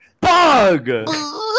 Bug